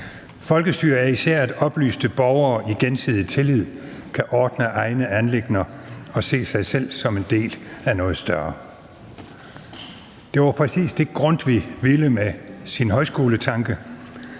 Folkestyre er især, at oplyste borgere i gensidig tillid kan ordne egne anliggender og se sig selv som en del af noget større. Det var præcis det, Grundtvig ville med sin højskoletanke,